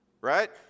Right